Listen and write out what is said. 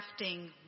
crafting